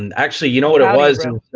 and actually, you know what it was,